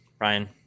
Ryan